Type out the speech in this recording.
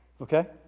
Okay